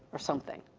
or something.